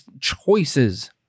choices